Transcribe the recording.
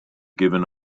given